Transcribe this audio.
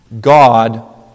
God